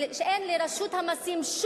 שאין לרשות המסים,